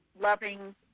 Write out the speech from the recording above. loving